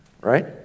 Right